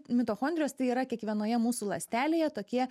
mitochondrijos tai yra kiekvienoje mūsų ląstelėje tokie